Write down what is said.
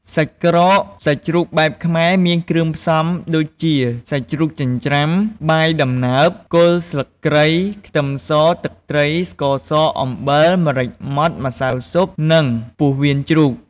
សាច់ក្រកសាច់ជ្រូកបែបខ្មែរមានគ្រឿងផ្សំ ដូចជា សាច់ជ្រូកចិញ្ច្រាំ បាយដំណើប គល់ស្លឹកគ្រៃ ខ្ទឺមស ទឹកត្រី ស្ករស អំបិល ម្រេចម៉ដ្ឋ ម្សៅស៊ុប និងពោះវៀនជ្រូក។